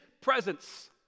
presence